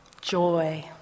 joy